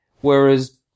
whereas